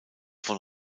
von